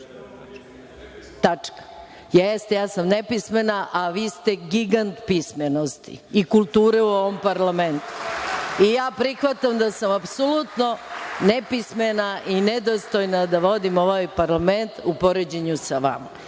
alineja. Jeste ja sam nepismena, a vi ste gigant pismenosti i kulture u ovom parlamentu. Ja prihvatam da sam apsolutno nepismena i nedostojna da vodim ovaj parlament u poređenju sa vama.